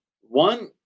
one